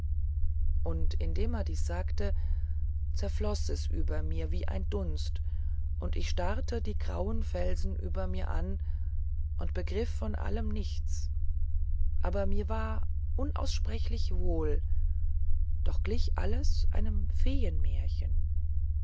betrüben indem er dies sagte zerfloß es über mir wie ein dunst und ich starrte die grauen felsen über mir an und begriff von allem nichts aber mir war unaussprechlich wohl und doch glich alles einem